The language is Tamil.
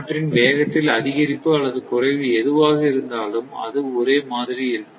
அவற்றின் வேகத்தில் அதிகரிப்பு அல்லது குறைவு எதுவாக இருந்தாலும் அது ஒரே மாதிரி இருக்கும்